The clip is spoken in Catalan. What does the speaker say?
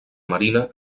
marina